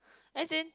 as in